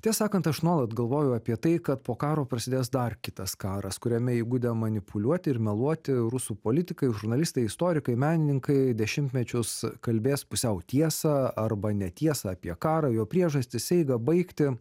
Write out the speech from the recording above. tiesą sakant aš nuolat galvoju apie tai kad po karo prasidės dar kitas karas kuriame įgudę manipuliuoti ir meluoti rusų politikai žurnalistai istorikai menininkai dešimtmečius kalbės pusiau tiesą arba netiesą apie karą jo priežastis eigą baigtį